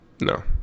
No